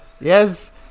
yes